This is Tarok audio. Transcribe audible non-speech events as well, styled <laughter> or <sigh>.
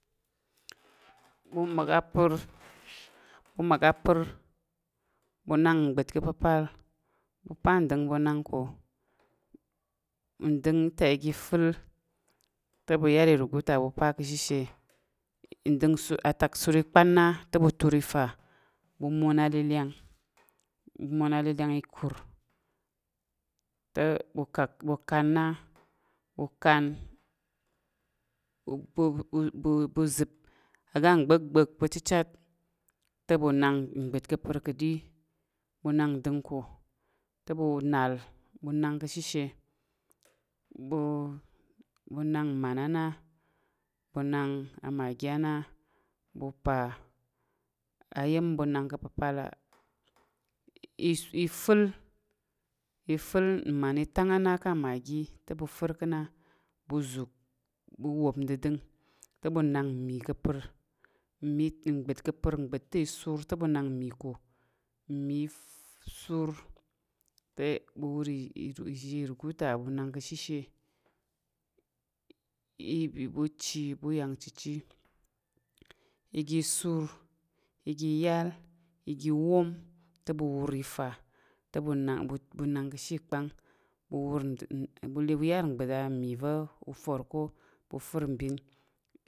bu ma̱k apər, ɓu ma̱k apər ɓu nak ngɓət ka̱ apəpal, ɓu pa ndəng ɓu nak ko. Nɗəng ta iga ifel te ɓu yar irugu ta ɓu pa ka̱shishe ndəng nsur, atak sur i kpan na te ɓu tur ifa, ɓu mwong a ləlyang ɓu mwong a ləlyang ikur te ɓu kak, <unintelligible> ɓu nak ngbət ka̱ apər ka̱ ɗi ɓu nang nɗəng ko te ɓu nal ɓu nak ka̱ shisha, ɓu ɓu nak mman a na, ɓu nak a maje á na ɓu pa aya̱m ɓu nak ka̱ apəpal i fel, ifəl mman i tang á na ka̱ maje te ɓu fer ka̱ na, ɓu zuk, ɓu wop nɗədəng te ɓu nak mmi ka̱ apər, mmi, ngbət ka̱ pər ngbət ta isur te ɓu nak mmi ko. Mmi isur te ɓu wur izhe irugu ta ɓu nak ka̱ shishe. Ɓu ci, ɓu yang ncici, iga sur, iga yal, iga wom te ɓu wur ifa, te ɓu nak ɓu nak ka̱ she ìkpang ɓu wur nde, ɓu le ɓu yar ngbət mmi va̱ ufor ko i fər mbin.